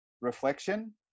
reflection